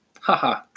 Haha